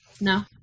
No